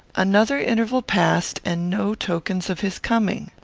another interval passed, and no tokens of his coming.